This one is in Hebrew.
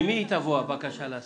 ממי תבוא הבקשה להסעה?